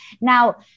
Now